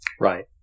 Right